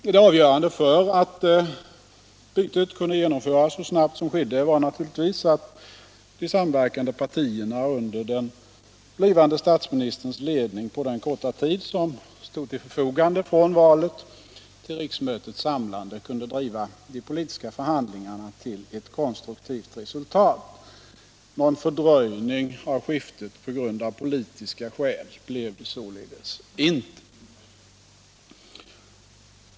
Det avgörande för att skiftet kunde genomföras så snabbt som skedde var naturligtvis, att de samverkande partierna under den blivande statsministerns ledning på den korta tid som stod till förfogande från valet till riksmötets samlande kunde driva de politiska förhandlingarna till ett konstruktivt resultat. Någon fördröjning av skiftet av politiska skäl blev det således inte.